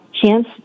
Chance